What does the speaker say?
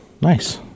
Nice